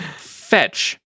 fetch